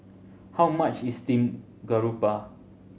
how much is steamed garoupa